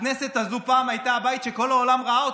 הכנסת הזו פעם הייתה בית שכל העולם ראה.